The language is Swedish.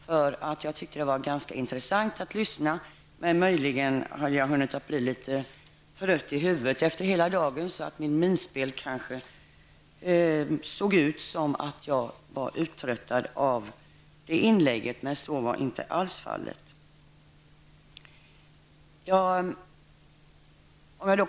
Jag tyckte att det var ganska intressant att lyssna men jag hade möjligen hunnit bli litet trött i huvudet efter hela dagen, så att mitt minspel gav ett intryck av att jag var uttröttat av hennes inlägg. Men så var inte alls fallet.